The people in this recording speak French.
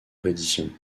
reddition